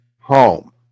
home